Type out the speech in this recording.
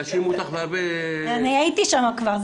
יאשימו אותך בהרבה --- אני הייתי שם כבר,